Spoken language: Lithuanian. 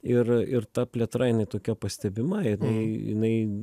ir ir ta plėtra jinai tokia pastebima jinai jinai